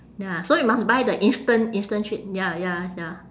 ya so you must buy the instant instant trip ya ya ya